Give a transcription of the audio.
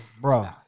bro